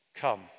Come